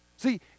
See